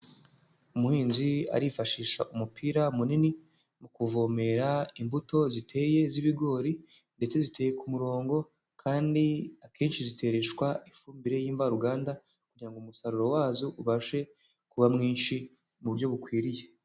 Umuhinzi arifashisha umupira munini, mu kuvomera imbuto ziteye z'ibigori, ndetse ziteye ku murongo, kandi akenshi zitereshwa ifumbire y'ivaruganda, kugira ngo umusaruro wazo ubashe kuba mwinshi mu buryo bukwiriye.